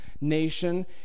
nation